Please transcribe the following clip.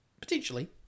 Potentially